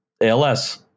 ALS